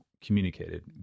communicated